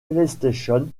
playstation